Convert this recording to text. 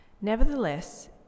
Nevertheless